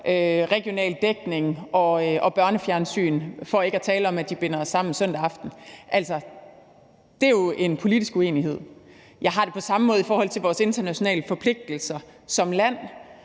regional dækning og børnefjernsyn, for ikke at tale om, at det binder os sammen søndag aften. Altså, det er jo en politisk uenighed. Jeg har det på samme måde i forhold til vores internationale forpligtelser som land